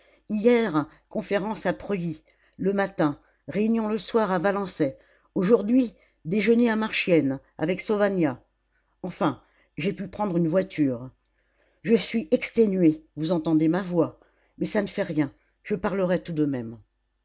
hier conférence à preuilly le matin réunion le soir à valençay aujourd'hui déjeuner à marchiennes avec sauvagnat enfin j'ai pu prendre une voiture je suis exténué vous entendez ma voix mais ça ne fait rien je parlerai tout de même